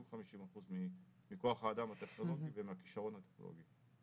50% מכוח האדם הטכנולוגי ומהכישרון הטכנולוגי.